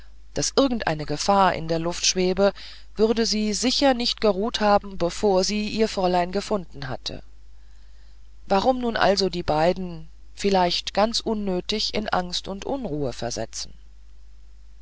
daß irgendeine gefahr in der luft schwebe würde sie sicher nicht geruht haben bevor sie ihr fräulein gefunden hätte warum nun also die beiden vielleicht ganz unnötig in angst und unruhe versetzen